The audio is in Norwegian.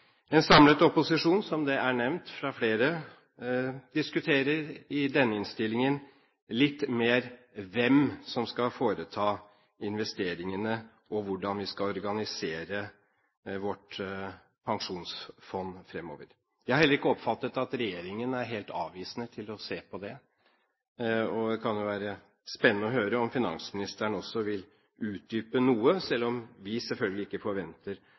En samlet opposisjon – det er nevnt av flere – diskuterer i denne innstillingen litt mer hvem som skal foreta investeringene, og hvordan vi skal organisere vårt pensjonsfond fremover. Jeg har heller ikke oppfattet at regjeringen er helt avvisende til å se på det. Det kan jo være spennende å høre om finansministeren vil utdype dette noe, selv om vi selvfølgelig ikke forventer